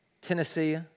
Tennessee